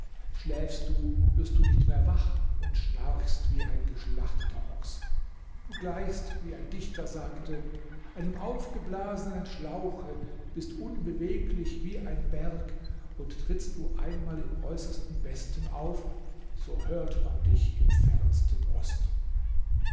schläfst du wirst du nicht mehr wach und schnarchst wie ein geschlachteter ochs du gleichst wie ein dichter sagte einem aufgeblasenen schlauche bist unbeweglich wie ein berg und trittst du einmal im äußersten westen auf so hört man dich im fernsten osten